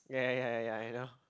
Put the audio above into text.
ya ya ya I know